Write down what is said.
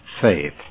faith